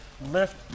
lift